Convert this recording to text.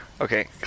okay